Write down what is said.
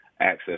access